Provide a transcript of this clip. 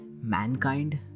Mankind